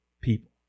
people